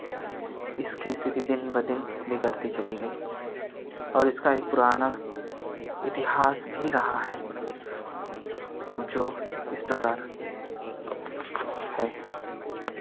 इसकी स्थिति दिन ब दिन बिगड़ती चली गई और इसका एक पुराना इतिहास भी रहा है जो इस प्रकार है